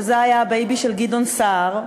שהיה הבייבי של גדעון סער,